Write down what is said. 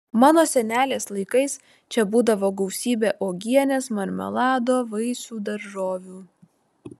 mano senelės laikais čia būdavo gausybė uogienės marmelado vaisių daržovių